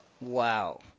Wow